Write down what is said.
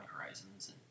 horizons